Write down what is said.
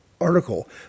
article